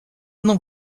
não